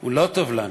לא טוב לנו,